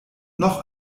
noch